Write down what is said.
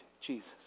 Jesus